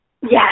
Yes